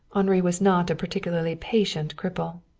henri was not a particularly patient cripple.